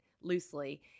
loosely